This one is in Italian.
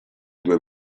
due